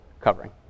covering